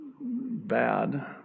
bad